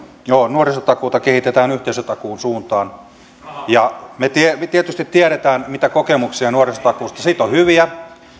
nuorisotakuuta kehitetään yhteisötakuun suuntaan me tietysti tiedämme mitä kokemuksia nuorisotakuusta on siitä on hyviä